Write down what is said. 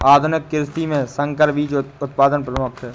आधुनिक कृषि में संकर बीज उत्पादन प्रमुख है